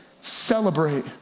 celebrate